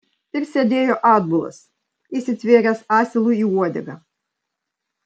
ir sėdėjo atbulas įsitvėręs asilui į uodegą